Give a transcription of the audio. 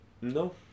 No